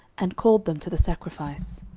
and called them to the sacrifice.